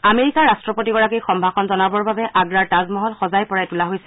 আমেৰিকাৰ ৰাষ্টপতিগৰাকীক সম্ভাষণ জনাবৰ বাবে আগ্ৰাৰ তাজমহল সজাই পৰাই তোলা হৈছে